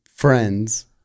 friends